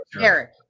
Eric